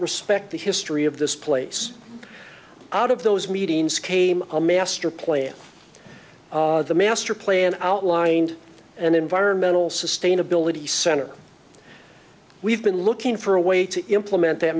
respect the history of this place out of those meetings came a master plan the master plan outlined an environmental sustainability center we've been looking for a way to implement that